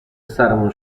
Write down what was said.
سرمون